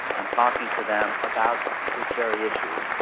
and talking to them about this very issue.